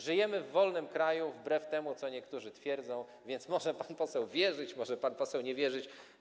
Żyjemy w wolnym kraju, wbrew temu, co niektórzy twierdzą, więc może pan poseł wierzyć, może pan poseł nie wierzyć.